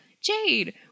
Jade